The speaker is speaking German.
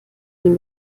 dem